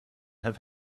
have